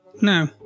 no